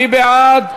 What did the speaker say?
מי בעד?